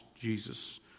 Jesus